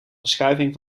verschuiving